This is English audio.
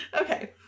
Okay